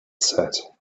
said